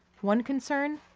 one concern.